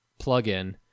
plugin